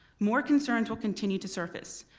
more concerns will continue to surface.